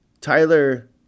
tyler